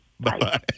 Bye